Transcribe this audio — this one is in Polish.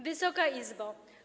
Wysoka Izbo!